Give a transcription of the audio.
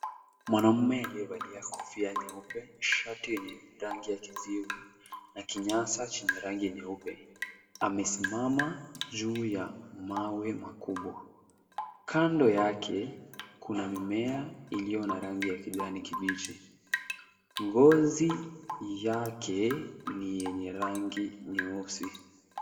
Mwanamume aliyevalia kofia nyeupe, shati yenye rangi ya kijivu, na kinyasa chenye rangi nyeupe, amesimama juu ya mawe makubwa. Kando yake, kuna mimea iliyo na rangi ya kijani kibichi. Ngozi yake, ni yenye rangi nyeusi.